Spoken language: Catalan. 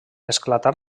esclatar